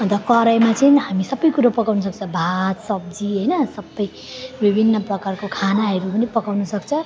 अनि त कराईमा चाहिँ हामी सबै कुरो पकाउनु सक्छ भात सब्जी हैन सबै विभिन्न प्रकारको खानाहरू पनि पकाउनु सक्छ